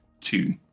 Two